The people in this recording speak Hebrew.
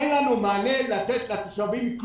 אין לנו מענה לתת לתושבים.